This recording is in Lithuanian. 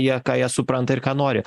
jie ką jie supranta ir ką nori